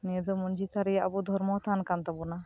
ᱱᱤᱭᱟᱹ ᱫᱚ ᱢᱟᱡᱷᱤ ᱛᱷᱟᱱ ᱨᱮᱭᱟᱜ ᱟᱵᱚ ᱫᱚ ᱫᱷᱚᱨᱢᱚ ᱛᱷᱟᱱ ᱠᱟᱱ ᱛᱟᱵᱚᱱᱟ